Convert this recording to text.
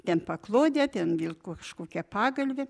ten paklodė ten vėl kažkokia pagalvė